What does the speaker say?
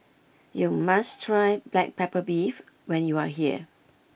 you must try Black Pepper Beef when you are here